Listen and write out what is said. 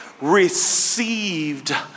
received